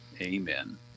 amen